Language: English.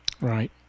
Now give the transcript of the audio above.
Right